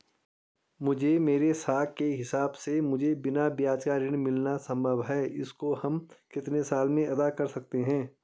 मुझे मेरे साख के हिसाब से मुझे बिना ब्याज का ऋण मिलना संभव है इसको हम कितने साल में अदा कर सकते हैं?